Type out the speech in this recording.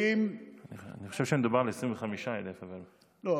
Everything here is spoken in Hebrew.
אני חושב שמדובר על 25,000. לא.